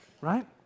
right